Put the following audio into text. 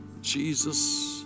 Jesus